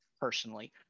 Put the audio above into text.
personally